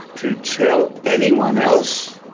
to tell anyone else,